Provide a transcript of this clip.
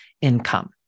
income